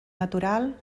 natural